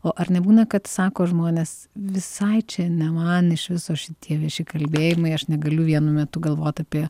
o ar nebūna kad sako žmonės visai čia ne man iš viso šitie vieši kalbėjimai aš negaliu vienu metu galvot apie